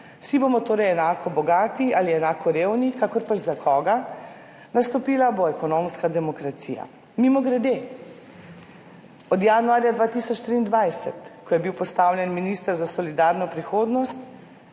vsi bomo torej enako bogati ali enako revni, kakor pač za koga, nastopila bo ekonomska demokracija. Mimogrede, od januarja 2023, ko je bil postavljen minister za solidarno prihodnost,